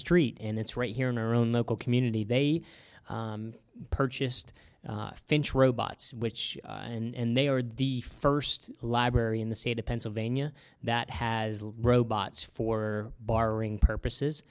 street and it's right here in our own local community they purchased finch robots which and they are the first library in the state of pennsylvania that has robots for borrowing purposes